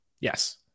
Yes